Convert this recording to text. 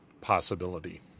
possibility